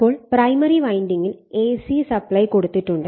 അപ്പോൾ പ്രൈമറി വൈൻഡിങ്ങിൽ AC supply കൊടുത്തിട്ടുണ്ട്